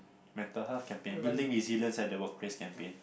mental health campaign building resilience in the workplace campaign